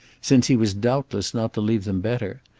since he was doubtless not to leave them better,